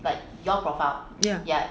ya